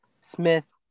Smith